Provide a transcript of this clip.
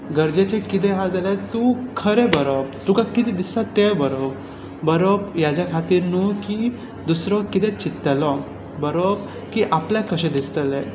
गरजेचें कितें हा जाल्यार तूं खरें बरोवप तुका कितें दिसता तें बरोवप बरोवप हाचे खातीर न्हू की दुसरो कितें चिंत्तलो बरोवप की आपल्याक कशें दिसतलें